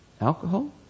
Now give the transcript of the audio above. alcohol